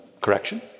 correction